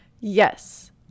Yes